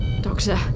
Doctor